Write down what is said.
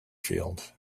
field